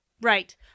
Right